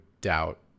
doubt